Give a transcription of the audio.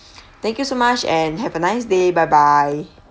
thank you so much and have a nice day bye bye